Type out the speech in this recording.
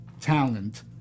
talent